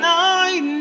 night